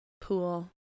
Pool